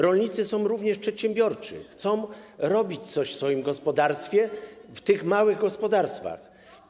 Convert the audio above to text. Rolnicy są również przedsiębiorczy, chcą robić coś w swoich gospodarstwach, tych małych gospodarstwach.